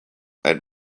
and